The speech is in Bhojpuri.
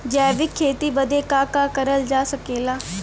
जैविक खेती बदे का का करल जा सकेला?